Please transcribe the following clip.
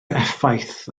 effaith